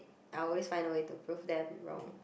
I always find a way to prove them wrong